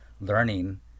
learning